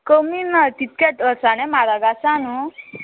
कमी ना तितकेत अळसाणे म्हारग आसा न्हू